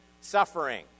suffering